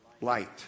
light